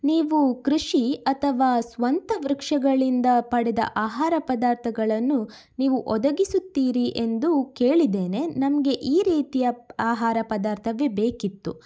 ನೀವು ಕೃಷಿ ಅಥವಾ ಸ್ವಂತ ವೃಕ್ಷಗಳಿಂದ ಪಡೆದ ಆಹಾರ ಪದಾರ್ಥಗಳನ್ನು ನೀವು ಒದಗಿಸುತ್ತೀರಿ ಎಂದು ಕೇಳಿದ್ದೇನೆ ನಮಗೆ ಈ ರೀತಿಯ ಆಹಾರ ಪದಾರ್ಥವೇ ಬೇಕಿತ್ತು